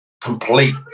complete